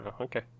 Okay